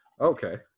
Okay